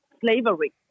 Slavery